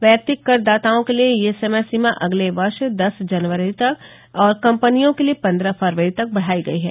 वैयक्तिक कर दाताओं के लिए यह समय सीमा अगले वर्ष दस जनवरी तक और कम्पनियों के लिए पन्द्रह फरवरी तक बढाई गई है